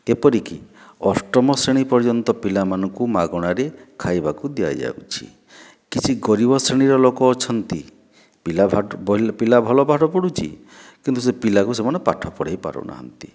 ଏପରିକି ଅଷ୍ଟମ ଶ୍ରେଣୀ ପର୍ଯ୍ୟନ୍ତ ପିଲାମାନଙ୍କୁ ମାଗଣାରେ ଖାଇବାକୁ ଦିଆଯାଉଛି କିଛି ଗରିବ ଶ୍ରେଣୀର ଲୋକ ଅଛନ୍ତି ପିଲା ପାଠ ପିଲା ଭଲ ପାଠ ପଢ଼ୁଛି କିନ୍ତୁ ସେ ପିଲାକୁ ସେମାନେ ପାଠ ପଢ଼ାଇ ପାରୁନାହାନ୍ତି